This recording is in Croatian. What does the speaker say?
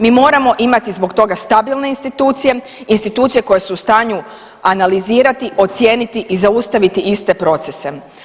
Mi moramo imati zbog toga stabilne institucije, institucije koje su u stanju analizirati, ocijeniti i zaustaviti iste procese.